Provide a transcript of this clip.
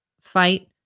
fight